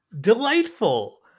delightful